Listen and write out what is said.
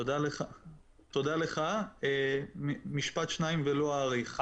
תודה לך, משפט-שניים ולא אאריך.